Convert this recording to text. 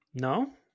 no